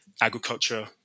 agriculture